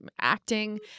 acting